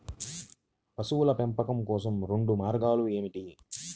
పశువుల పెంపకం కోసం రెండు మార్గాలు ఏమిటీ?